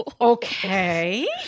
Okay